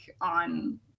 on